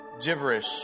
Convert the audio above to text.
gibberish